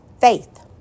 faith